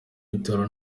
itora